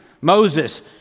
Moses